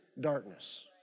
darkness